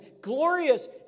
glorious